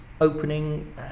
opening